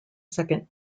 second